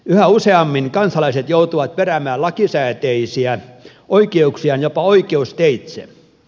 yhä useammin kansalaiset joutuvat peräämään lakisääteisiä oikeuksiaan jopa oikeusteitse